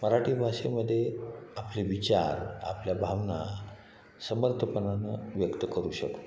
मराठी भाषेमध्ये आपले विचार आपल्या भावना समर्थपणानं व्यक्त करू शकतो